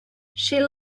she